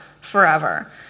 forever